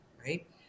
right